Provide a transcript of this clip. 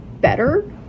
better